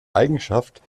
eigenschaft